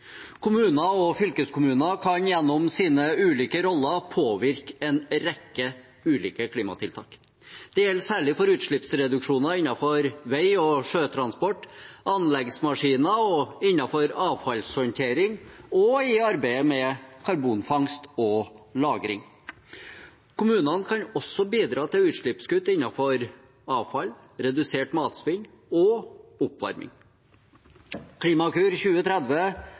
Kommuner og fylkeskommuner kan gjennom sine ulike roller påvirke en rekke ulike klimatiltak. Det gjelder særlig for utslippsreduksjoner innenfor vei- og sjøtransport, anleggsmaskiner, avfallshåndtering og i arbeidet med karbonfangst og -lagring. Kommunene kan også bidra til utslippskutt innenfor avfall, redusert matsvinn og oppvarming. Klimakur 2030